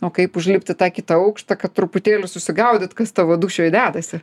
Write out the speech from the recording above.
o kaip užlipti įbtą kitą aukštą kad truputėlį susigaudyt kas tavo dūšioj dedasi